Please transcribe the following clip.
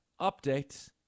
update